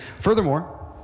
Furthermore